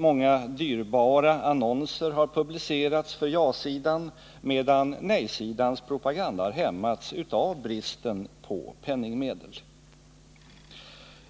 Många dyrbara annonser har publicerats för ja-sidan, medan nej-sidans propaganda har hämmats av brist på penningmedel.